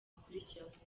akurikiranyweho